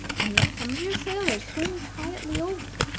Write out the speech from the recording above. and let some of your sailors swim quietly over,